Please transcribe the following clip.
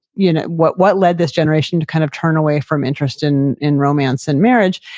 you know what what led this generation to kind of turn away from interest in in romance and marriage.